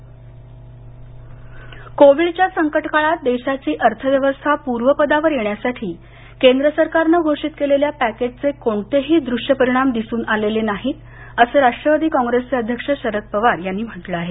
शरद पवार कोविडच्या संकटकाळात देशाची अर्थव्यवस्था पूर्वपदावर येण्यासाठी केंद्र सरकारनं घोषित केलेल्या पॅकेजचे कोणतेही द्रष्य परिणाम दिसून आलेले नाहीत असं राष्ट्रवादी काँग्रेसचे अध्यक्ष शरद पवार यांनी म्हटलं आहे